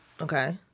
Okay